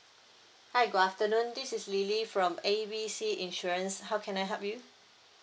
hi good afternoon this is lily from A B C insurance how can I help you